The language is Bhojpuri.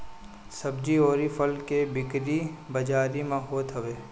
सब्जी अउरी फल के बिक्री बाजारी में होत हवे